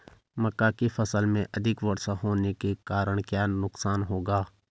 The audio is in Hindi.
मक्का की फसल में अधिक वर्षा होने के कारण क्या नुकसान होगा?